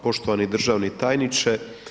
Poštovani državni tajniče.